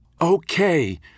Okay